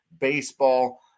baseball